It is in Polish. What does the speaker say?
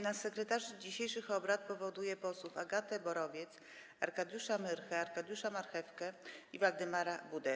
Na sekretarzy dzisiejszych obrad powołuję posłów Agatę Borowiec, Arkadiusza Myrchę, Arkadiusza Marchewkę i Waldemara Budę.